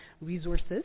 resources